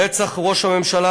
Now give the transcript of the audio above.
רצח ראש הממשלה,